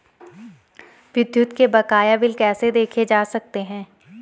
विद्युत के बकाया बिल कैसे देखे जा सकते हैं?